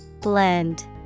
Blend